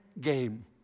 Game